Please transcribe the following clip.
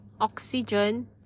Oxygen